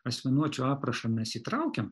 asmenuočių aprašą mes įtraukiam